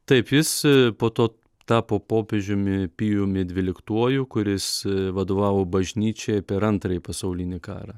taip jis po to tapo popiežiumi pijumi dvyliktuoju kuris vadovavo bažnyčiai per antrąjį pasaulinį karą